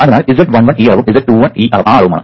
അതിനാൽ z11 ഈ അളവും z21 ആ അളവുമാണ്